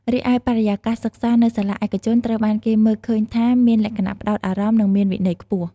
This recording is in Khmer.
រីឯបរិយាកាសសិក្សា នៅសាលាឯកជនត្រូវបានគេមើលឃើញថាមានលក្ខណៈផ្តោតអារម្មណ៍ និងមានវិន័យខ្ពស់។